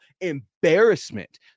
embarrassment